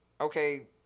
okay